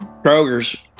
Kroger's